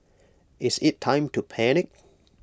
is IT time to panic